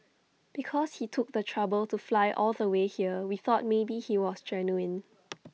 because he took the trouble to fly all the way here we thought maybe he was genuine